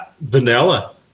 vanilla